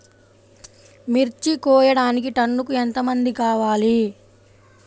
మిర్చి కోయడానికి టన్నుకి ఎంత మంది కావాలి?